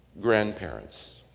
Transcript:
grandparents